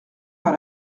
par